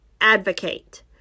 advocate